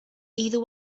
either